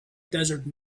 desert